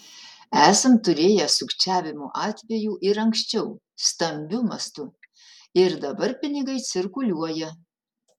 esam turėję sukčiavimo atvejų ir anksčiau stambiu mastu ir dabar pinigai cirkuliuoja